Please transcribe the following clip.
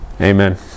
Amen